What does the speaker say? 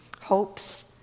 hopes